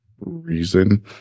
reason